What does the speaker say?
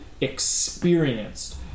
experienced